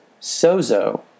sozo